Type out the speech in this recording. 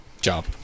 Job